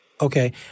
Okay